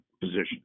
position